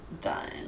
done